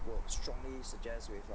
would strongly suggest with uh